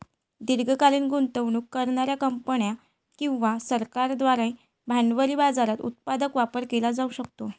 दीर्घकालीन गुंतवणूक करणार्या कंपन्या किंवा सरकारांद्वारे भांडवली बाजाराचा उत्पादक वापर केला जाऊ शकतो